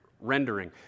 rendering